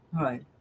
right